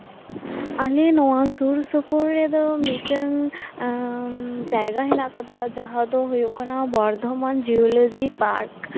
ᱟᱞᱮ ᱱᱚᱶᱟ ᱥᱩᱨ ᱥᱩᱯᱩᱨ ᱨᱮᱫᱚ ᱢᱤᱫᱴᱮᱱ ᱡᱟᱭᱜᱟ ᱦᱮᱱᱟᱜ ᱟᱠᱟᱫᱟ ᱡᱟᱦᱟᱸ ᱫᱚ ᱦᱩᱭᱩᱜ ᱠᱟᱱᱟ ᱵᱚᱨᱫᱷᱚᱢᱟᱱ ᱡᱩᱳᱞᱚᱡᱤ ᱯᱟᱨᱠ